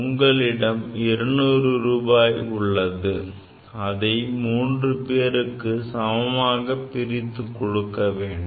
உங்களிடம் 200 ரூபாய் உள்ளது அதை மூன்று பேருக்கு சமமாக பிரித்துக் கொடுக்க வேண்டும்